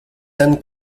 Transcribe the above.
dann